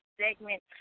segment